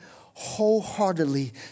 wholeheartedly